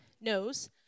knows